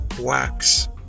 wax